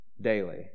Daily